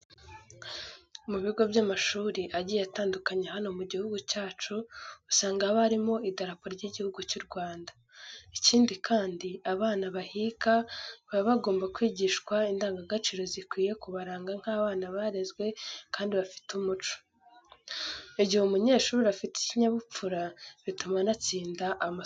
Mu bigo by'amashuri agiye atandukanye hano mu gihugu cyacu usanga haba harimo Idarapo ry'Igihugu cy'u Rwanda. Ikindi kandi abana bahiga baba bagomba kwigishwa indangagaciro zikwiye kubaranga nk'abana barezwe kandi bafite umuco. Igihe umunyeshuri afite ikinyabupfura bituma anatsinda amasomo ye.